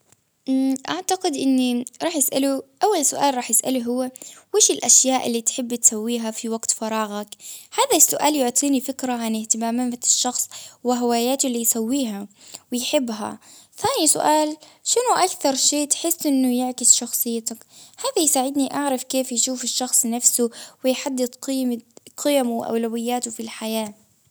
أعتقد إني راح اسأله أول سؤال راح أسأله هو وش الأشياء اللي تحبي تسويها في وقت فراغك؟ هذا السؤال يعطيني فكرة عن إهتمامات الشخص وهواياتة اللي يسويها ويحبها، ثاني سؤال شنو أكثر شي تحس إنه يعكس شخصيتك؟ هدا يساعدني أعرف كيف يشوف الشخص نفسه ويحدد قيمة قيمه وأولوياته في الحياة.